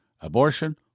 abortion